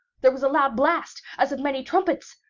there was a loud blast as of many trumpets!